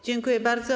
Dziękuję bardzo.